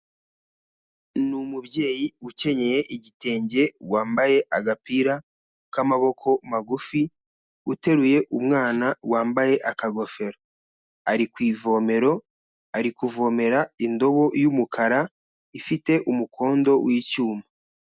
Ni umubyeyi ukenyeye igitenge wambaye agapira k'amaboko magufi, uteruye umwana wambaye akagofero. Ari ku ivomero, ari kuvomera indobo y'umukara, ifite umukondo w'icyuma.